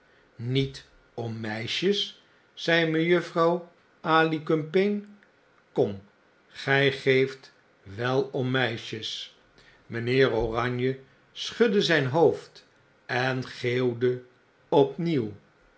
niet om meisjes zei mejuffrouw alicumpaine kom gg geeft wel om meisjes mgnheer oranje schudde zgn hoofd en geeuwde